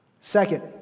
Second